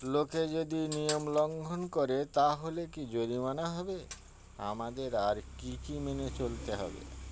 লোকে যদি নিয়ম লঙ্ঘন করে তাহলে কি জরিমানা হবে আমাদের আর কী কী মেনে চলতে হবে